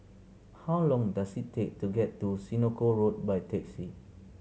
how long does it take to get to Senoko Road by taxi